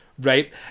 Right